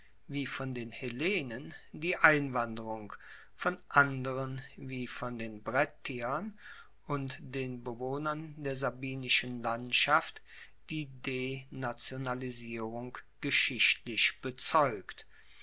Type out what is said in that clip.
wie von den hellenen die einwanderung von anderen wie von den brettiern und den bewohnern der sabinischen landschaft die denationalisierung geschichtlich bezeugt